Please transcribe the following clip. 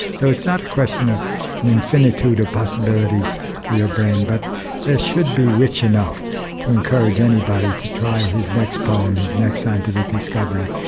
so it's not a question of an infinitude of possibilities for your brain but they should be rich enough to encourage anybody to try his next poem, his next scientific discovery,